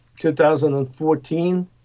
2014